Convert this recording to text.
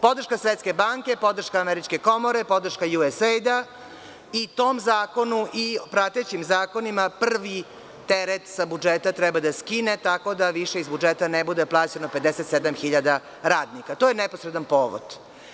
Podrška Svetske banke, podrška Američke komore, podrška USAID i tom zakonu i pratećim zakonima prvi teret sa budžeta treba da skine, tako da više iz budžeta ne bude plaćeno 57 hiljada radnika, to je neposredan povod.